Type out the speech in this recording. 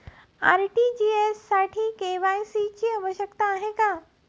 RTGS साठी KYC ची आवश्यकता आहे का?